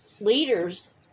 leaders